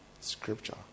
scripture